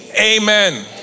Amen